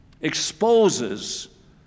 exposes